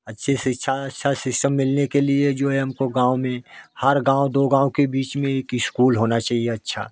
अच्छी शिक्षा अच्छा शिक्षक मिलने के लिए जो है हमको गाँव में हर गाँव दो गाँव के बीच में एक इस्कूल होना चाहिए अच्छा